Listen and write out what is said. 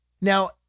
Now